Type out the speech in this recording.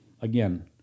again